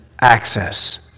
access